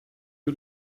you